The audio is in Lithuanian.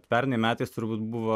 pernai metais turbūt buvo